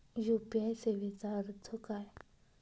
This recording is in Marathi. यू.पी.आय सेवेचा अर्थ काय?